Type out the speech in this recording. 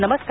नमस्कार